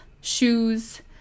shoes